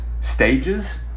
stages